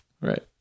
Right